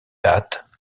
dates